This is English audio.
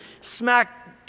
smack